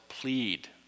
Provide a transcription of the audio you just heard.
plead